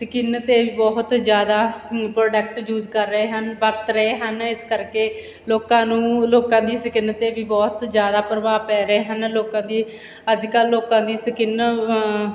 skin 'ਤੇ ਵੀ ਬਹੁਤ ਜ਼ਿਆਦਾ ਪ੍ਰੋਡਕਟ ਯੂਜ ਕਰ ਰਹੇ ਹਨ ਵਰਤ ਰਹੇ ਹਨ ਇਸ ਕਰਕੇ ਲੋਕਾਂ ਨੂੰ ਲੋਕਾਂ ਦੀ ਸਕਿਨ 'ਤੇ ਵੀ ਬਹੁਤ ਜ਼ਿਆਦਾ ਪ੍ਰਭਾਵ ਪੈ ਰਹੇ ਹਨ ਲੋਕਾਂ ਦੀ ਅੱਜ ਕੱਲ੍ਹ ਲੋਕਾਂ ਦੀ ਸਕਿਨ